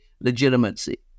legitimacy